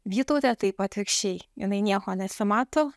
vytautė taip atvirkščiai jinai nieko nesimato